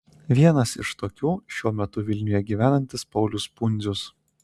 vienas iš tokių šiuo metu vilniuje gyvenantis paulius pundzius